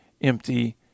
empty